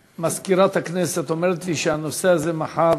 מזכירת הכנסת אומרת לי שהנושא הזה יעלה מחר